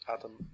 Adam